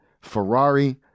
Ferrari